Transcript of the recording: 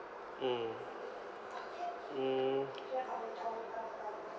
mm mm